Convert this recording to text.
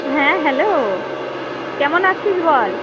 হ্যাঁ হ্যালো কেমন আছিস বল